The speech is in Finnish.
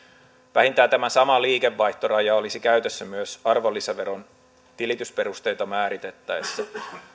vähintään tämä sama liikevaihtoraja olisi käytössä myös arvonlisäveron tilitysperusteita määritettäessä